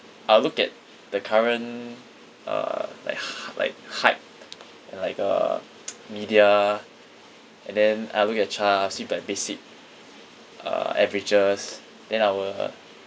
I'll look at the current uh like h~ like hype and like uh media and then I'll look at charts see like basic uh averages then I will